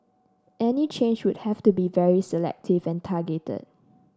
any change would have to be very selective and targeted